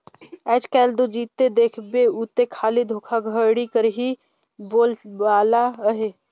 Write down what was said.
आएज काएल दो जिते देखबे उते खाली धोखाघड़ी कर ही बोलबाला अहे